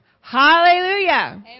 Hallelujah